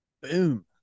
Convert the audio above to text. Boom